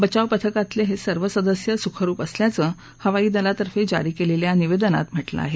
बचाव पथकातील हे सर्व सदस्य सुखरुप असल्याचं हवाई दलातर्फे जारी केलेल्या पत्रकात म्हांमिं आहे